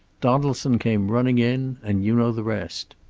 donaldson came running in, and you know the rest.